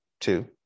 two